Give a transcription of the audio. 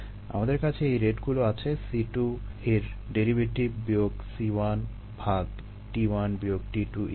আমাদের কাছে এই রেটগুলো আছে C2 এর ডেরিভেটিভ বিয়োগ C1 ভাগ t1 বিয়োগ t2 ইত্যাদি